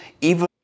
even-